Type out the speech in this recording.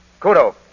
Kudo